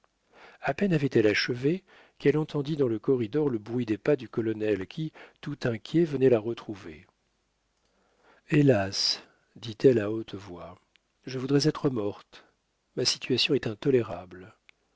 a peine avait-elle achevé qu'elle entendit dans le corridor le bruit des pas du colonel qui tout inquiet venait la retrouver hélas dit-elle à haute voix je voudrais être morte ma situation est intolérable